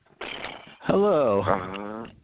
Hello